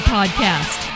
Podcast